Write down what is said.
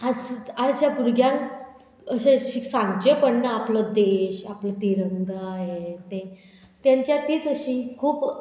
आज आजच्या भुरग्यांक अशें शिक्षांचे पडना आपलो देश आपलो तिरंगा हें तें तेंच्या तीच अशीं खूब